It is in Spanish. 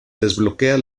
desbloquea